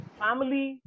family